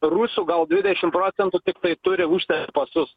rusų gal dvidešimt procentų tiktai turi užsienio pasus